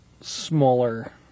smaller